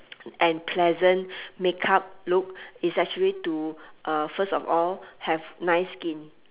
and pleasant makeup look is actually to uh first of all have nice skin